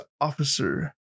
officer